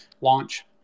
launch